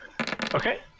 Okay